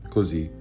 Così